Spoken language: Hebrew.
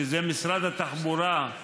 שזה משרד התחבורה,